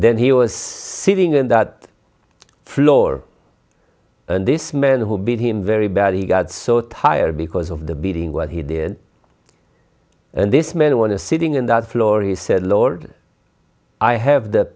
then he was sitting on that floor and this man who beat him very badly got so tired because of the beating what he did and this man won a sitting in the floor he said lord i have the